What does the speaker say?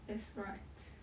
that's right